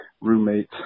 roommate